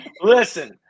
Listen